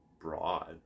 broad